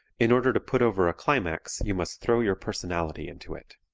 in order to put over a climax you must throw your personality into it.